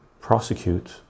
prosecute